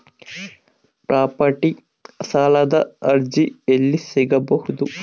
Property ಸಾಲದ ಅರ್ಜಿ ಎಲ್ಲಿ ಸಿಗಬಹುದು?